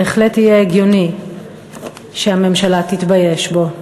בהחלט יהיה הגיוני שהממשלה תתבייש בו.